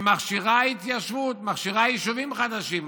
שמכשירה התיישבות, מכשירה יישובים חדשים.